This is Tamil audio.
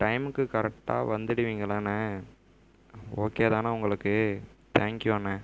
டைம்க்கு கரெக்டாக வந்துடுவீங்களாண்ணா ஓகே தானே உங்களுக்கு தேங்க் யூ அண்ணன்